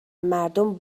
مردم